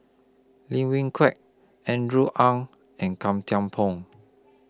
Lim Wee Kiak Andrew Ang and Gan Thiam Poh